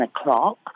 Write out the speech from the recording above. o'clock